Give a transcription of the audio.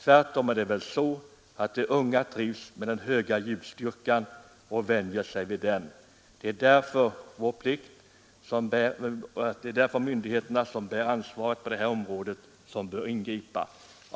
Tvärtom är det väl så att de unga trivs med den höga ljudstyrkan och vänjer sig vid den. Därför bör de myndigheter som bär ansvaret på det här området ingripa.